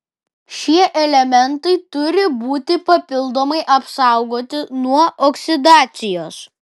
šie elementai turi būti papildomai apsaugoti nuo oksidacijos